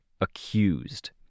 accused